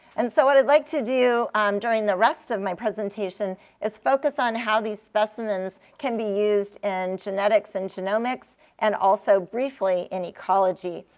and so what i'd like to do um during the rest of my presentation is focus on how these specimens can be used in and genetics and genomics, and also briefly in ecology,